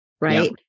Right